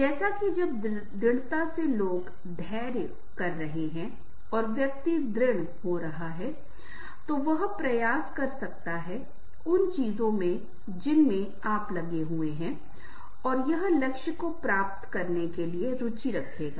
जैसे कि जब दृढ़ता से लोग धैर्य ग्रिट Grit कर रहे हैं और व्यक्ति दृढ़ग्रिटिव Gritty हो रहा है तो वह प्रयास कर सकता है उन चीजों में जिनमें आप लगे हुए हैं और यह लक्ष्य को प्राप्त करने के लिए रुचि रखेगा